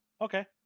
Okay